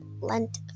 Lent